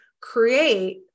create